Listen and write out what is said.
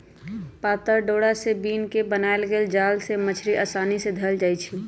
पातर डोरा से बिन क बनाएल गेल जाल से मछड़ी असानी से धएल जाइ छै